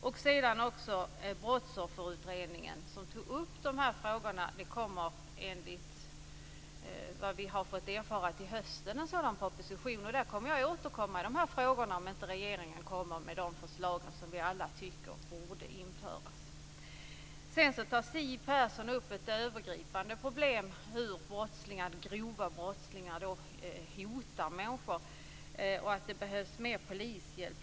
Dessutom pågår Brottsofferutredningen som tar upp de här frågorna. Det kommer, enligt vad vi har fått erfara, en sådan proposition till hösten. Jag kommer att återkomma i de här frågorna om inte regeringen kommer med de förslag som vi alla tycker borde införas. Siw Persson tar upp ett övergripande problem. Det handlar om att grova brottslingar hotar människor och att det behövs mer polishjälp.